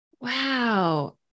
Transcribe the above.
Wow